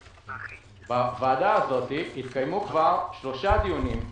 בוועדה הזאת התקיימו כבר שלושה דיונים,